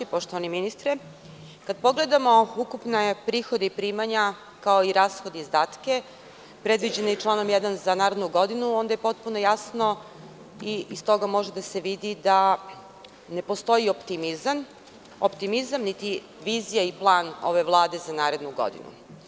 Poštovani ministre, kad pogledamo ukupne prihode i primanja, kao i rashode i izdatke, predviđene članom 1. za narednu godinu, onda je potpuno jasno i iz toga može da se vidi da ne postoji optimizam, niti vizija i plan ove Vlade za narednu godinu.